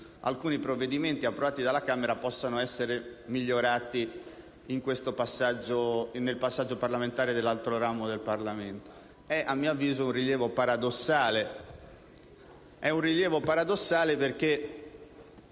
alcuni provvedimenti approvati dalla Camera dei deputati possano essere migliorati nel passaggio parlamentare presso l'altro ramo del Parlamento. È, a mio avviso, un rilievo paradossale perché